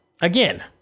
again